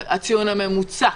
הציון הממוצע,